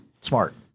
Smart